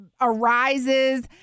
arises